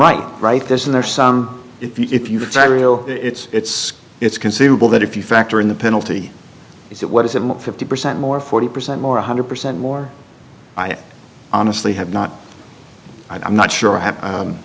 right right there is there some if you try real it's it's conceivable that if you factor in the penalty is it what is it fifty percent more forty percent more one hundred percent more i honestly have not i'm not sure i have